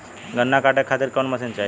गन्ना कांटेके खातीर कवन मशीन चाही?